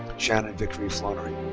shannon victoria flonnery.